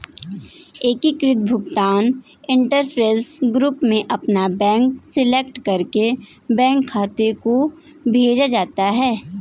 एकीकृत भुगतान interface app में अपना बैंक सेलेक्ट करके बैंक खाते को जोड़ना होता है